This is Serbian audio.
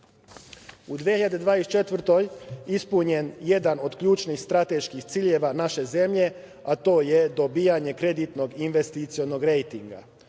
U 2024. godini ispunjen je jedan od ključnih strateških ciljeva naše zemlje, a to je dobijanje kreditnog investicionog